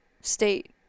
state